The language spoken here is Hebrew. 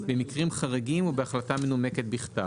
במקרים חריגים ובהחלטה מנומקת בכתב.